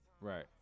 Right